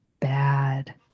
bad